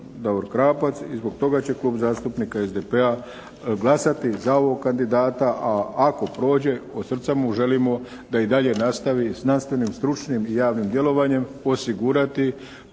Davor Krapac i zbog toga će Klub zastupnika SDP-a glasati za ovog kandidata a ako prođe od srca mu želimo da i dalje nastavi znanstvenim, stručnim i javnim djelovanjem osigurati